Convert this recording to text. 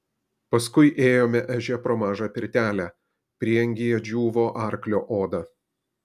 paskui ėjome ežia pro mažą pirtelę prieangyje džiūvo arklio oda